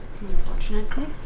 Unfortunately